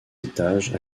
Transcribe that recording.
étages